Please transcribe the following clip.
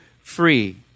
free